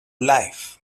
life